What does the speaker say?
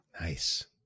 Nice